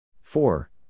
four